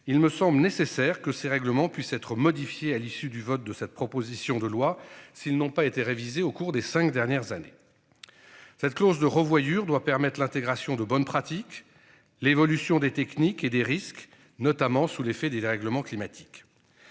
Il me semble nécessaire que ces règlements puisse être modifié à l'issue du vote de cette proposition de loi s'ils n'ont pas été révisées au cours des 5 dernières années. Cette clause de revoyure doit permettre l'intégration de bonne pratique l'évolution des techniques et des risques, notamment sous l'effet des dérèglements climatiques.